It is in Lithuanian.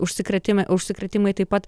užsikrėtime užsikrėtimai taip pat